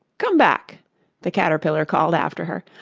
come back the caterpillar called after her.